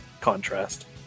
contrast